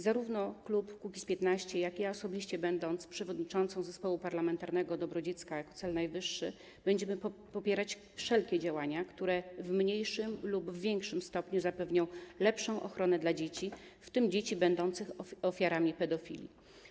Zarówno klub Kukiz’15, jak i ja osobiście, będąc przewodniczącą Parlamentarnego Zespołu „Dobro dziecka jako cel najwyższy”, będziemy popierać wszelkie działania, które w mniejszym lub w większym stopniu zapewnią lepszą ochronę dzieci, w tym dzieci będących ofiarami pedofilii.